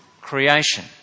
Creation